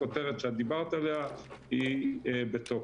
הכותרת שאת דיברת עליה היא בתוקף.